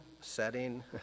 setting